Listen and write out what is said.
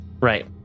Right